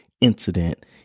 incident